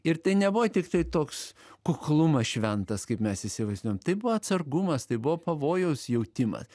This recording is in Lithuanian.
ir tai nebuvo tiktai toks kuklumas šventas kaip mes įsivaizduojam tai buvo atsargumas tai buvo pavojaus jautimas